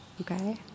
okay